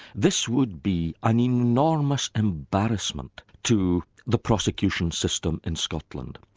this would be an enormous embarrassment to the prosecution system in scotland.